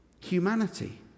humanity